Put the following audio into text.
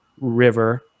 river